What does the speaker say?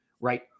right